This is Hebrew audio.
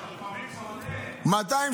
לפעמים זה עולה.